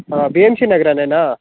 ಹಾಂ B M C ನಗರಾನೇನ